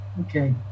okay